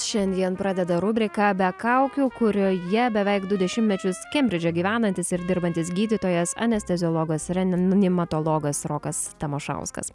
šiandien pradeda rubriką be kaukių kurioje beveik du dešimtmečius kembridže gyvenantis ir dirbantis gydytojas anesteziologas reanimatologas rokas tamašauskas